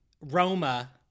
Roma